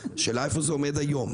השאלה איפה זה עומד היום?